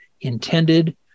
intended